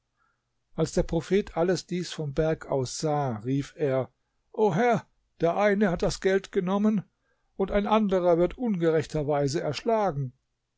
als der prophet alles dies vom berg aus sah rief er o herr der eine hat das geld genommen und ein anderer wird ungerechterweise erschlagen